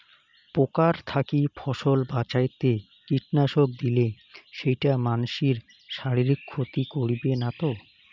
পোকার থাকি ফসল বাঁচাইতে কীটনাশক দিলে সেইটা মানসির শারীরিক ক্ষতি করিবে না তো?